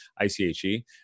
ICHE